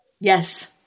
Yes